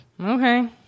Okay